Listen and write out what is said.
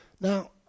Now